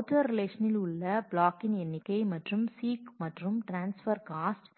outer ரிலேஷனில் உள்ள ப்ளாக்கின் எண்ணிக்கை மற்றும் சீக் மற்றும் டிரான்ஸ்பர் காஸ்ட்